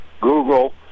Google